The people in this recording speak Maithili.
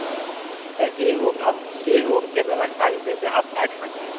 ओ तऽ ई हुक अप ई हुकके व्यवस्था जे छै से अपना ओहि ठाम छै